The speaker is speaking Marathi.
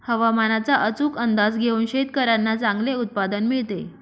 हवामानाचा अचूक अंदाज घेऊन शेतकाऱ्यांना चांगले उत्पादन मिळते